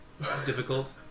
difficult